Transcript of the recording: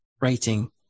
rating